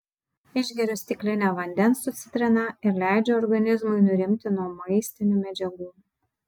išgeriu stiklinę vandens su citrina ir leidžiu organizmui nurimti nuo maistinių medžiagų